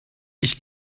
ich